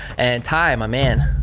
and ty, um ah man